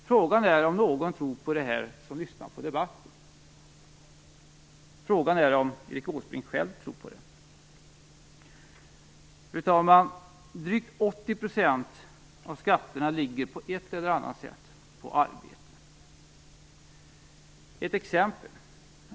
Frågan är om någon som lyssnar på debatten tror på det här. Frågan är om Erik Åsbrink själv tror på det. Fru talman! Drygt 80 % av skatterna ligger på ett eller annat sätt på arbete. Jag kan ta ett exempel.